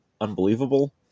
unbelievable